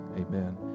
amen